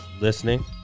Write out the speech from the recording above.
listening